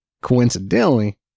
Coincidentally